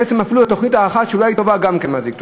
אפילו לתוכנית האחת שאולי היא טובה, גם כן מזיק.